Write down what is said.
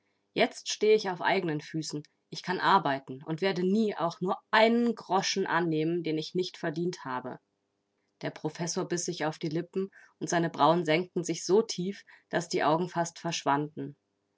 jetzt stehe ich auf eigenen füßen ich kann arbeiten und werde nie auch nur einen groschen annehmen den ich nicht verdient habe der professor biß sich auf die lippen und seine brauen senkten sich so tief daß die augen fast verschwanden